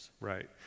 Right